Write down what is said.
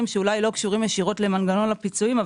שאולי לא קשורים ישירות למנגנון הפיצויים,